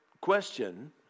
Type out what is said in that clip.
question